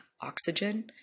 oxygen